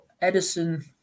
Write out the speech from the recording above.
Edison